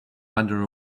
under